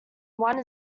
one